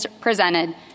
presented